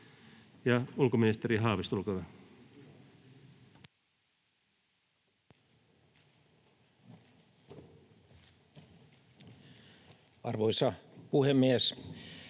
Ulkoministeri Haavisto, olkaa hyvä. Arvoisa puhemies!